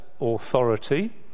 authority